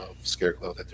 Scarecrow